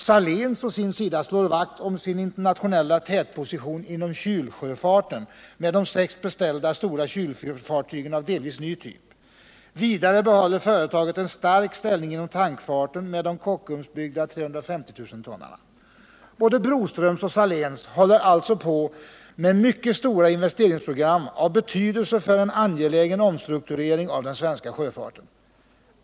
Saléns å sin sida slår vakt om sin internationella tätposition inom kylsjöfarten med de sex beställda kylfartygen av delvis ny typ. Vidare behåller företaget en stark ställning inom tankfarten med de Kockumsbyggda 350 000-tonnarna. Både Broströms och Saléns håller alltså på med mycket stora investeringsprogram av betydelse för en angelägen omstrukturering av den svenska sjöfarten.